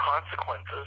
consequences